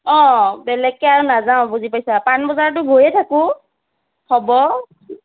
অঁ বেলেগকৈ আৰু নাযাওঁ বুজি পাইছা পানবজাৰতো গৈয়ে থাকোঁ হ'ব